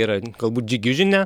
yra galbūt džiugi žinia